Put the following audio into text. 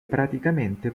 praticamente